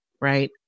right